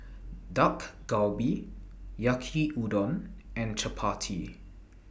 Dak Galbi Yaki Udon and Chapati